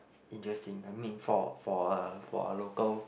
interesting I mean for for a for a local